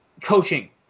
coaching